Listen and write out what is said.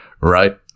right